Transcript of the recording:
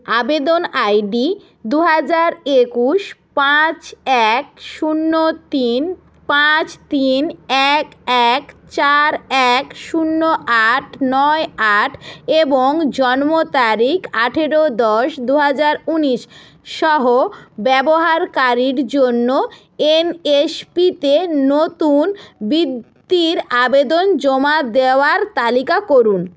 আবেদন আইডি দু হাজার একুশ পাঁচ এক শূন্য তিন পাঁচ তিন এক এক চার এক শূন্য আট নয় আট এবং জন্ম তারিখ আঠারো দশ দু হাজার উনিশ সহ ব্যবহারকারীর জন্য এনএসপিতে নতুন বৃত্তির আবেদন জমা দেওয়ার তালিকা করুন